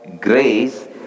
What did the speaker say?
grace